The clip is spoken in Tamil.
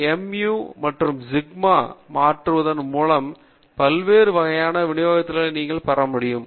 எனவே நீங்கள் mu மற்றும் சிக்மா ஐ மாற்றுவதன் மூலம் பல்வேறு வகை விநியோகங்களை பெற முடியும்